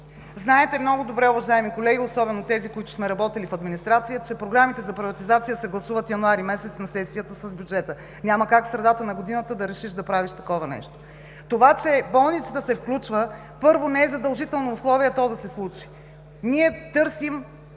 Знаете много добре, уважаеми колеги, особено тези, които сме работили в администрация, че програмите за приватизация се гласуват януари месец на сесията с бюджета. Няма как в средата на годината да решиш да правиш такова нещо. Това, че болницата се включва, първо, не е задължително условие то да се случи. Ние търсим,